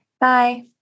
Bye